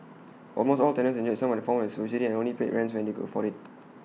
almost all tenants enjoyed someone form of subsidy and some only paid rents when they could afford IT